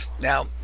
Now